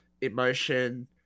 emotion